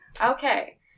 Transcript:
Okay